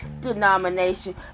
denomination